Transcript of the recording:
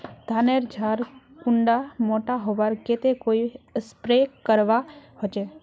धानेर झार कुंडा मोटा होबार केते कोई स्प्रे करवा होचए?